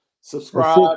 Subscribe